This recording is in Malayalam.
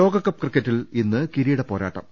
ലോകകപ്പ് ക്രിക്കറ്റിൽ ഇന്ന് കിരീടപ്പോരാട്ടം